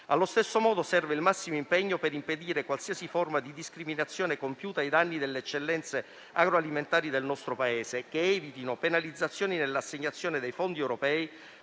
Allo stesso modo, serve il massimo impegno per impedire qualsiasi forma di discriminazione compiuta ai danni delle eccellenze agroalimentari del nostro Paese che evitino penalizzazioni nell'assegnazione dei fondi europei